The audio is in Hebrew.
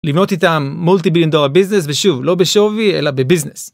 לבנות איתם מולטי ביליון דולר ביזנס ושוב לא בשווי אלא בביזנס.